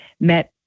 met